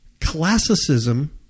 Classicism